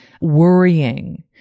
Worrying